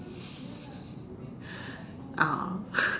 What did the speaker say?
ah